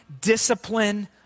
discipline